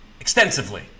extensively